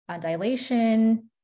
dilation